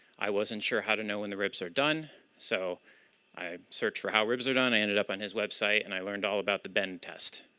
i wasn't sure how to know when the ribs are done. done. so i searched for how ribs are done. i ended up on his website. and i learned all about the bend test.